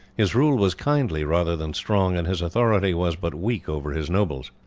his rule was kindly rather than strong, and his authority was but weak over his nobles.